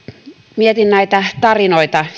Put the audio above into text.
mietin näitä tarinoita